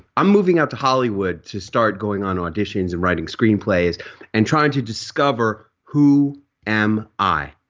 i'm moving out to hollywood to start going on auditions and writing screenplays and trying to discover who am i